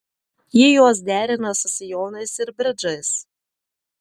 ji juos derina su sijonais ir bridžais